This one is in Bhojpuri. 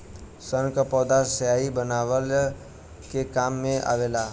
सन क पौधा स्याही बनवले के काम मे आवेला